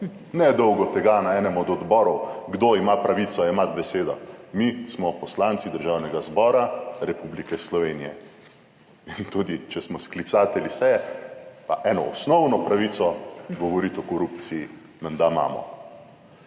nedolgo tega na enem od odborov, kdo ima pravico jemati besedo. Mi smo poslanci Državnega zbora Republike Slovenije in tudi če smo sklicatelji seje, pa eno osnovno pravico, govoriti o korupciji menda imamo.